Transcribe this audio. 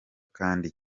kandi